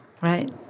right